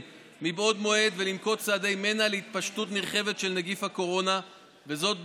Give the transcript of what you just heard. מבעוד מועד ולנקוט צעדי מנע להתפשטות נרחבת של נגיף הקורונה בהשוואה